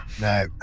No